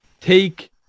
take